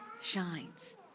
shines